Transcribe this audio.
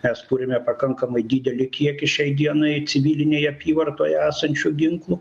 nes turime pakankamai didelį kiekį šiai dienai civilinėje apyvartoje esančių ginklų